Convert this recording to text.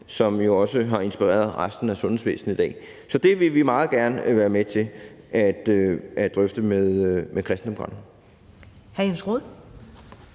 som jo også har inspireret resten af sundhedsvæsenet i dag. Så det vil vi meget gerne være med til at drøfte med Kristendemokraterne.